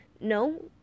No